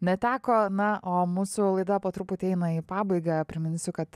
neteko na o mūsų laida po truputį eina į pabaigą priminsiu kad